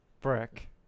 Brick